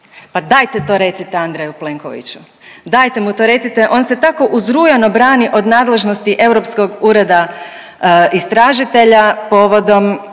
Pa dajte to recite Andreju Plenkoviću, dajte mu to recite, on se tako uzrujano brani od nadležnosti Europskog ureda istražitelja povodom